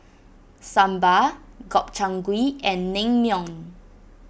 Sambar Gobchang Gui and Naengmyeon